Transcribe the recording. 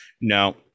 no